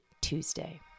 Tuesday